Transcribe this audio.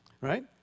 right